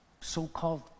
so-called